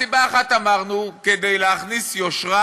אז סיבה אחת אמרנו, כדי להכניס יושרה